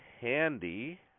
Handy